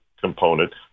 component